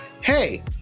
hey